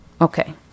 Okay